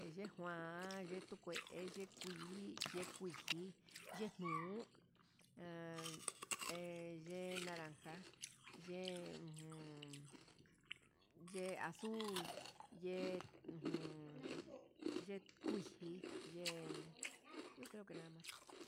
Yee juan, yee tu kue, yee kui, yee kuiji, yee nuu ha yee naranja, yee ujun yee azul, yee ujun yee kuiji, yee yo creo ke nadamas.